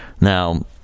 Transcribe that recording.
now